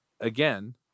again